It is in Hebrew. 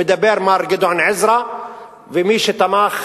מדבר מר גדעון עזרא ומי שתמך